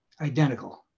identical